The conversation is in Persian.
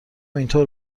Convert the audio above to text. اینطور